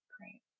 great